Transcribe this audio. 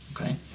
okay